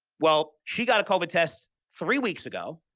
well, she got a covid test three weeks ago,